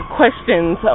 questions